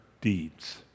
deeds